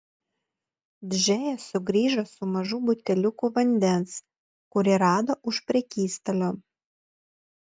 džėja sugrįžo su mažu buteliuku vandens kurį rado už prekystalio